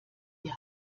die